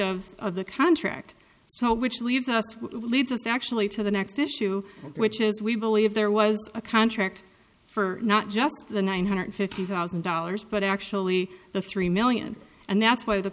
of the contract which leaves us with leads us actually to the next issue which is we believe there was a contract for not just the one hundred fifty thousand dollars but actually the three million and that's why the